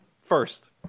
First